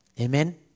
Amen